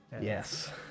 Yes